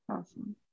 awesome